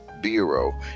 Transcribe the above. Bureau